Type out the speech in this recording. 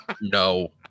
No